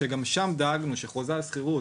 שגם שם דאגנו שחוזי השכירות